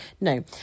no